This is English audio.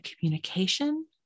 communication